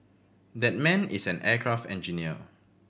that man is an aircraft engineer